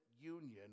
union